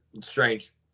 strange